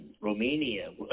Romania